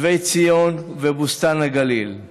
שבי ציון ובוסתן הגליל.